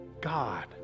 God